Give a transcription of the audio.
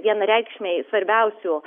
vienareikšmiai svarbiausių